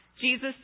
Jesus